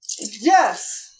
Yes